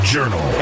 Journal